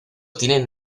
tienen